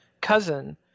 cousin